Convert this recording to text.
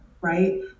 right